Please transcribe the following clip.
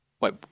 Wait